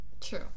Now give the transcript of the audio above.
True